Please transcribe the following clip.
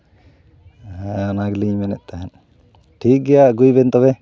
ᱦᱮᱸ ᱚᱱᱟ ᱜᱮᱞᱤᱧ ᱢᱮᱱᱮᱛ ᱛᱟᱦᱮᱸᱫ ᱴᱷᱤᱠ ᱜᱮᱭᱟ ᱟᱹᱜᱩᱭ ᱵᱮᱱ ᱛᱚᱵᱮ